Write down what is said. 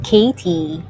Katie